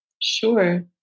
Sure